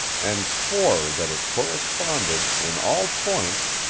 and swore that it corresponded, in all points,